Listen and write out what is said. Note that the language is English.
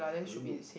doesn't look